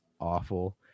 awful